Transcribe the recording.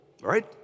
right